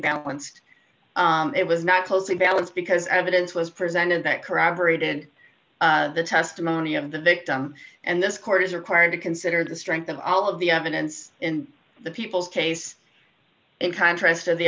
balanced it was not close to balance because evidence was presented that corroborated the testimony of the victim and this court is required to consider the strength of all of the evidence in the people's case in contrast to the